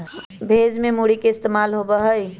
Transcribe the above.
भेज में भी मूरी के इस्तेमाल होबा हई